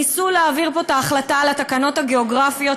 ניסו להעביר פה את ההחלטה על התקנות הגיאוגרפיות,